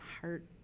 heart